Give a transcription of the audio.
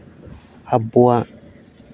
ᱟᱵᱚᱣᱟᱜ